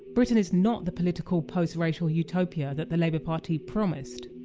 britain is not the political post racial utopia that the labour party promised.